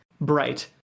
bright